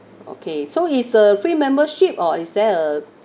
okay so it's a free membership or is there a